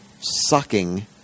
sucking